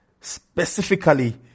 specifically